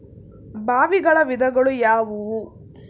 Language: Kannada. ಬಾವಿಗಳ ವಿಧಗಳು ಯಾವುವು?